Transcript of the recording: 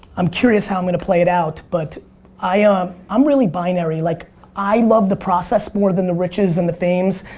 i'm curious how i'm gonna play it out, but um i'm really binary, like i love the process more than the riches and the fames.